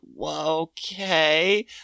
okay